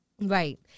Right